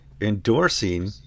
endorsing